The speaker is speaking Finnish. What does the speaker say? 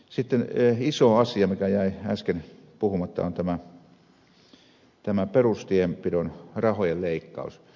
sitten iso asia mikä jäi äsken puhumatta on tämä perustienpidon rahojen leikkaus